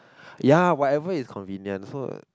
ya whatever is convenient so